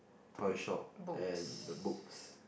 toy shop and the books